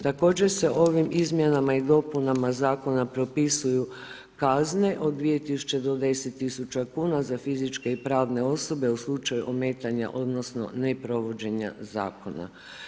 Također se ovim izmjenama i dopunama Zakona propisuju kazne od 2000 do 10 tisuća kuna za fizičke i pravne osobe u slučaju ometanja odnosno neprovođenja Zakona.